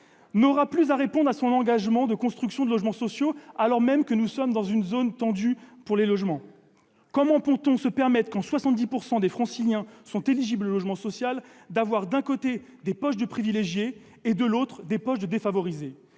n'aura plus à répondre à son engagement de construction de logements sociaux, alors même que nous sommes dans une zone tendue pour les logements. Comment peut-on se permettre, quand 70 % des Franciliens sont éligibles au logement social, d'avoir, d'un côté, des poches de privilégiés et, de l'autre, des poches de défavorisés ?